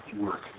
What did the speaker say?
work